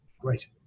Great